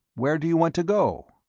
where do you want to go?